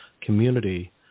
community